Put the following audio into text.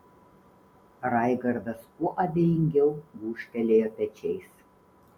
raigardas kuo abejingiau gūžtelėjo pečiais